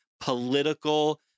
political